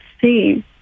see